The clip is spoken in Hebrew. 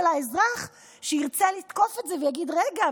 האזרח שירצה לתקוף את זה ויגיד: רגע,